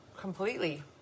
completely